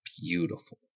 beautiful